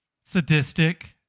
sadistic